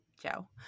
Joe